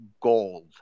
gold